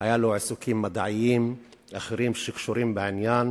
גם עיסוקים מדעיים אחרים שקשורים בעניין.